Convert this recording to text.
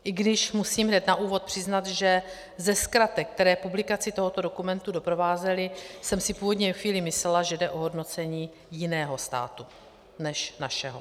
I když musím hned na úvod přiznat, že ze zkratek, které publikaci tohoto dokumentu doprovázely, jsem si původně chvíli myslela, že jde o hodnocení jiného státu než našeho.